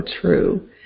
true